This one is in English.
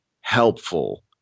helpful